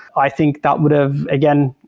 i think that would have, again,